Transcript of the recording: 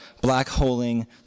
black-holing